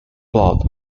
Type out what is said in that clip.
plot